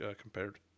compared